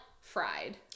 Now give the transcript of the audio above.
fried